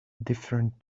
different